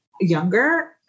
younger